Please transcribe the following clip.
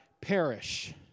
perish